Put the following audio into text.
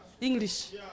English